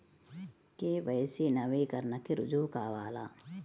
KYC నవీకరణకి రుజువు కావాలా?